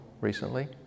recently